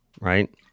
Right